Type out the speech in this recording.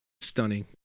Stunning